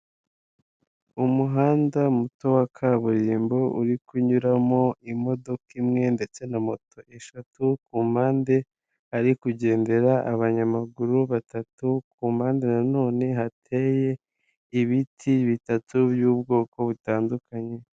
Umuhanda muto wa kaburimbo uri kunyuramo imodoka imwe ndetse na moto eshatu, ku mpande ari kugendera abanyamaguru batatu, ku mpande nano hateye ibiti bitatu by'ubwoko butandukanye.